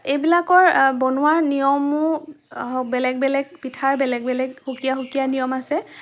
এইবিলাকৰ বনোৱাৰ নিয়মো বেলেগ বেলেগ পিঠাৰ বেলেগ বেলেগ সুকীয়া সুকীয়া নিয়ম আছে